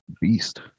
Beast